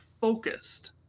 focused